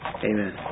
Amen